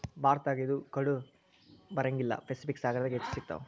ಭಾರತದಾಗ ಇದು ಕಂಡಬರಂಗಿಲ್ಲಾ ಪೆಸಿಫಿಕ್ ಸಾಗರದಾಗ ಹೆಚ್ಚ ಸಿಗತಾವ